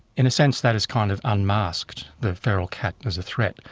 in a sense that has kind of unmasked the feral cat as a threat,